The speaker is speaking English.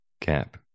Cap